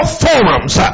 forums